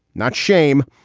not shame,